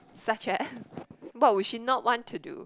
such as what would you not want to do